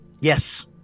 Yes